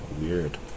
Weird